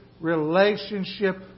relationship